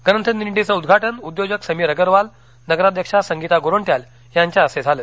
ग्रंथ दिडीचं उदघाटन उद्योजक समीर अग्रवाल नगराध्यक्षा संगीता गोरंट्याल यांच्या हस्ते झालं